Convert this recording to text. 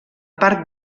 part